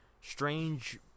strange